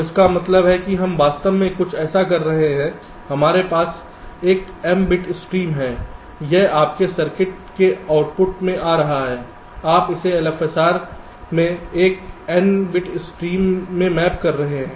तो हमारा मतलब है कि हम वास्तव में कुछ ऐसा कर रहे हैं हमारे पास एक m बिट स्ट्रीम है यह आपके सर्किट के आउटपुट से आ रहा है आप इसे LFSR में एक n बिट स्ट्रीम में मैप कर रहे हैं